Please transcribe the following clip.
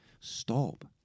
Stop